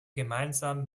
gemeinsamen